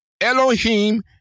Elohim